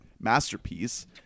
masterpiece